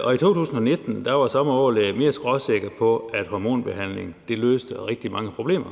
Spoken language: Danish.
og i 2019 var den samme overlæge mere skråsikker på, at en hormonbehandling løste rigtig mange problemer.